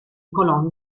coloni